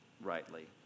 rightly